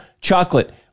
chocolate